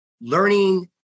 learning